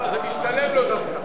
זה משתלם לו דווקא.